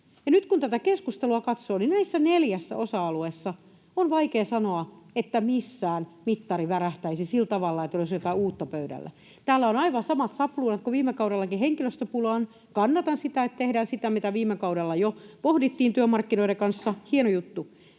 nyt kun tätä keskustelua katsoo, niin näissä neljässä osa-alueessa on vaikea sanoa, että missään mittari värähtäisi sillä tavalla, että olisi jotain uutta pöydällä. Täällä on aivan samat sapluunat kuin viime kaudellakin henkilöstöpulaan. Kannatan sitä, että tehdään sitä, mitä viime kaudella jo pohdittiin työmarkkinoiden kanssa — hieno juttu.